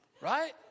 Right